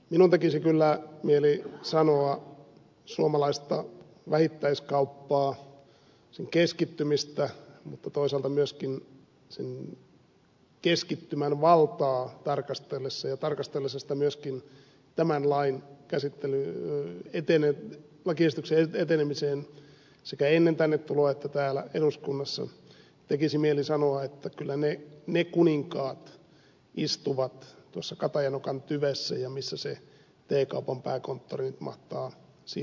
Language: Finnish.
minun tekisi kyllä mieli sanoa suomalaista vähittäiskauppaa sen keskittymistä mutta toisaalta myöskin sen keskittymän valtaa tarkastellessa ja tarkastellessa sitä myöskin suhteessa tämän lakiesityksen etenemiseen sekä ennen tänne tuloa että täällä eduskunnassa että kyllä ne kuninkaat istuvat tuossa katajanokan tyvessä ja missä se t kaupan pääkonttori nyt mahtaakaan sijaita